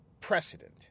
precedent